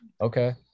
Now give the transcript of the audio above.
Okay